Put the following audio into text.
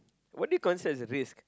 what do you considered as a risk